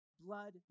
Blood